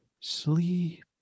sleep